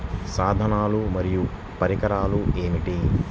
సాధనాలు మరియు పరికరాలు ఏమిటీ?